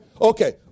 Okay